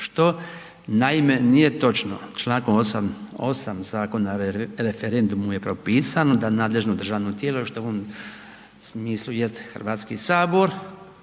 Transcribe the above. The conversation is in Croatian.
što naime nije točno. Člankom 8. Zakona o referendumu je propisano da nadležno državno tijelo što u ovom smislu jest Hrvatski sabor